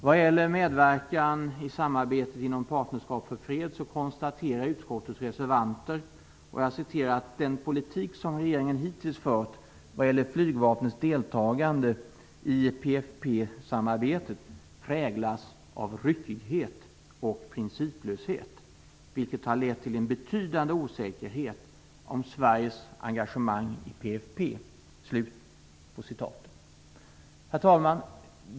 Vad gäller medverkan i samarbetet inom Partnerskap för fred konstaterar utskottets reservanter: "Den politik som regeringen hittills fört vad gäller flygvapnets deltagande i PFF-samarbetet präglas av ryckighet och principlöshet vilket har lett till en betydande osäkerhet om Sveriges engagemang i PFF." Herr talman!